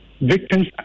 victims